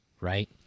right